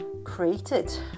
Created